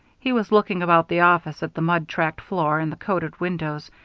he was looking about the office, at the mud-tracked floor and the coated windows,